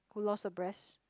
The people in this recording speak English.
who lost her breast